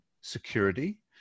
security